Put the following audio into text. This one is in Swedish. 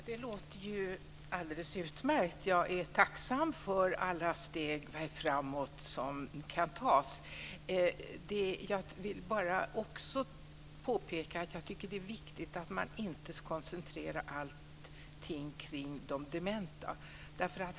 Fru talman! Det låter alldeles utmärkt. Jag är tacksam för alla steg framåt som tas. Jag vill också påpeka att jag tycker att det är viktigt att man inte koncentrerar allt kring de dementa.